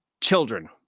children